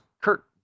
Kurt